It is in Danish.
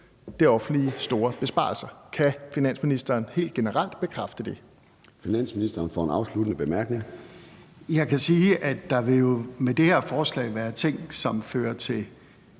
det offentlige store besparelser? Kan finansministeren helt generelt bekræfte det?